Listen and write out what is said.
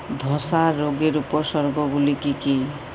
ধসা রোগের উপসর্গগুলি কি কি?